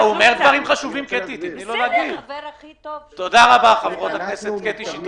גם: תשאירו משהו לארגוני העובדים גם לדאוג ו- -- העובדים פונים אלינו.